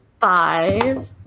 Five